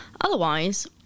Otherwise